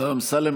השר אמסלם,